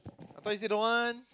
I thought you say don't want